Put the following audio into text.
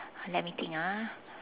let me think ah